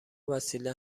وسیله